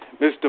Mr